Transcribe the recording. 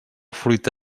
fruita